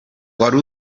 wari